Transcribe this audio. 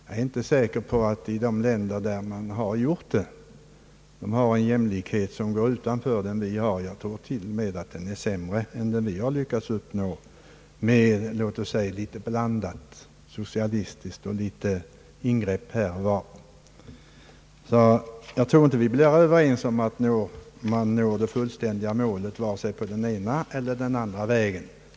Jag är inte säker på att man i de länder där näringslivet har socialiserats har uppnått en jämlikhet som går utanför den som vi har. Jag tror i stället att den är mindre än den vi har lyckats uppnå med låt oss säga smärre socialistiska ingrepp här och var. Jag tror inte att man uppnår det fullständiga målet på vare sig den ena eller andra vägen.